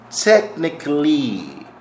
technically